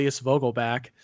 Vogelback